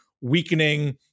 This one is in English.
weakening